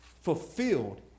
Fulfilled